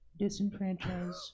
disenfranchise